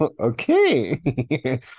Okay